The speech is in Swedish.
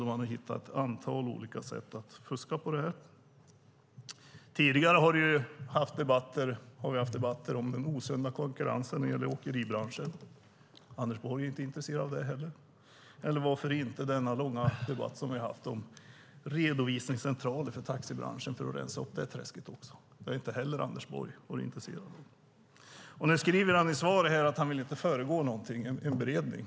Man har hittat ett antal olika sätt att fuska med detta. Tidigare har vi haft debatter om den osunda konkurrensen när det gäller åkeribranschen. Anders Borg är inte intresserad av det heller. Vi har också haft en lång debatt om redovisningscentraler för taxibranschen för att det ska rensas upp i detta träsk också. Det är Anders Borg inte heller intresserad av. Nu skriver Anders Borg i svaret att han inte vill föregå en beredning.